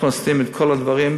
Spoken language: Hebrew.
אנחנו עושים את כל הדברים,